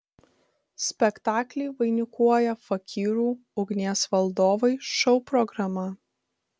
spektaklį vainikuoja fakyrų ugnies valdovai šou programa